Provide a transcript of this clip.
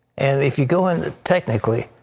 and if you going technically,